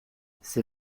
ces